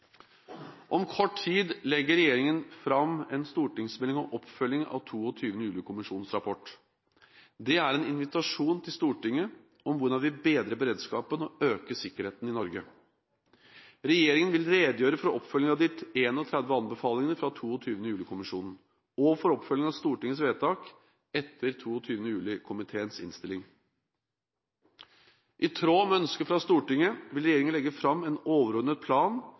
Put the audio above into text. Om kort tid legger regjeringen fram en stortingsmelding om oppfølgingen av 22. juli-kommisjonens rapport. Det er en invitasjon til Stortinget om hvordan vi bedrer beredskapen og øker sikkerheten i Norge. Regjeringen vil redegjøre for oppfølgingen av de 31 anbefalingene fra 22. juli-kommisjonen og for oppfølgingen av Stortingets vedtak etter 22. juli-komiteens innstilling. I tråd med ønsket fra Stortinget vil regjeringen legge fram en overordnet plan